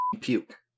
puke